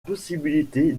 possibilité